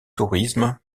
tourisme